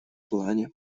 плане